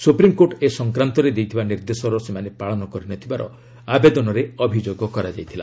supreme court ଏ ସଂକ୍ରାନ୍ତରେ ଦେଇଥିବା ନିର୍ଦ୍ଦେଶର ସେମାନେ ପାଳନ କରିନଥିବାର ଆବେଦନରେ ଅଭିଯୋଗ କରାଯାଇଥିଲା